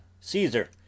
CAESAR